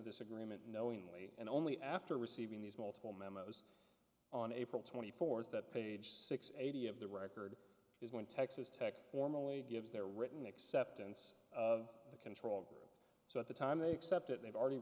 this agreement knowingly and only after receiving these multiple memo on april twenty fourth that page six eighty of the record is going to texas tech formally gives their written acceptance of the control group so at the time they accept it they've already